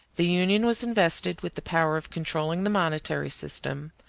the union was invested with the power of controlling the monetary system,